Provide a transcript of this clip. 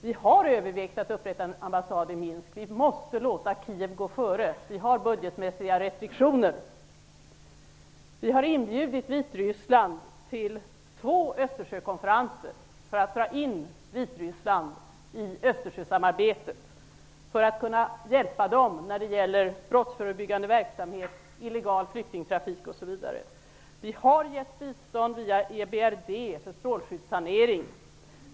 Vi har övervägt att upprätta en ambassad i Minsk, men vi måste låta Kiev gå före. Vi har budgetmässiga restriktioner. Vi har inbjudit Vitryssland till två Östersjösamarbetet och för att kunna hjälpa Vitryssland när det gäller brottsförebyggande verksamhet, illegal flyktingtrafik osv. Vi har gett bistånd via EBRD för strålskyddssanering.